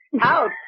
Out